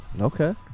Okay